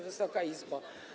Wysoka Izbo!